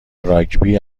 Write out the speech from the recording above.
راگبی